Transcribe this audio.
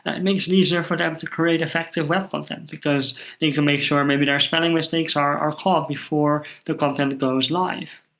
and it makes it easier for them to create effective web content, because you can make sure maybe their spelling mistakes are caught before the content goes live.